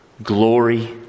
Glory